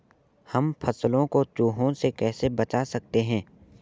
हम फसलों को चूहों से कैसे बचा सकते हैं?